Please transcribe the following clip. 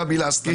אני וגבי לסקי,